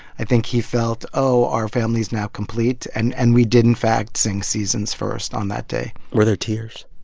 i think he felt, oh, our family's now complete, and and we did, in fact, sing seasons first on that day were there tears?